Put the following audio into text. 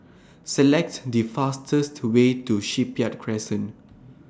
Select The fastest Way to Shipyard Crescent